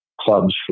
clubs